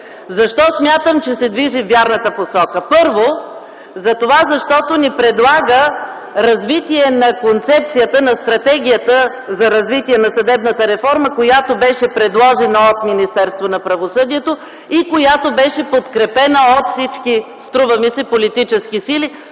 Защо смятам, че се движи във вярната посока? Първо, защото ни предлага развитие на концепцията, на стратегията за развитие на съдебната реформа, която беше предложена от Министерството на правосъдието и която струва ми се беше подкрепена от всички политически сили,